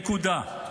נקודה.